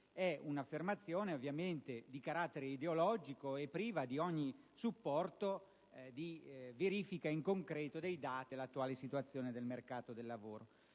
di una affermazione ovviamente di carattere ideologico e priva di ogni supporto di verifica concreta dei dati dell'attuale situazione del mercato del lavoro.